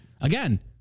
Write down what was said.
Again